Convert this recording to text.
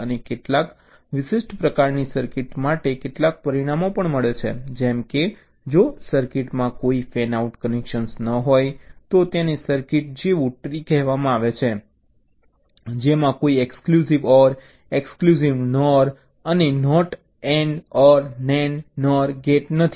અને કેટલાક વિશિષ્ટ પ્રકારની સર્કિટ માટે કેટલાક પરિણામો છે જેમ કે જો સર્કિટમાં કોઈ ફેનઆઉટ કનેક્શન ન હોય તો તેને સર્કિટ જેવું ટ્રી કહેવામાં આવે છે જેમાં કોઈ exclusive OR exclusive NOR gate અને NOT AND OR NAND NOR gate નથી